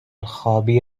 خوابی